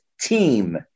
team